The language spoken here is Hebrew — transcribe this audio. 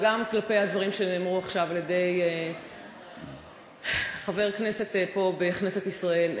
וגם לגבי הדברים שנאמרו עכשיו על-ידי חבר כנסת פה בכנסת ישראל.